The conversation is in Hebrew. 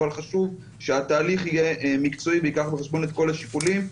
אבל חשוב שהתהליך יהיה מקצועי וייקח בחשבון את כל השיקולים.